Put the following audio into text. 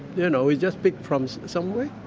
yeah know, we just pick from somewhere?